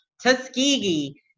Tuskegee